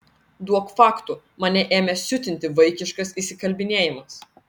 duok faktų mane ėmė siutinti vaikiškas įsikalbėjimas